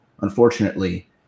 unfortunately